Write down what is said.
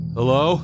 Hello